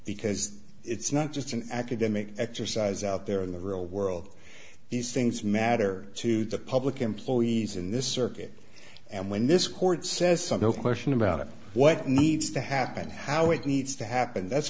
because it's not just an academic exercise out there in the real world these things matter to the public employees in this circuit and when this court says something question about what needs to happen how it needs to happen that's